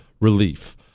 relief